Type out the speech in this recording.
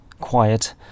quiet